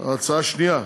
הצעה שנייה,